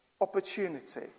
opportunity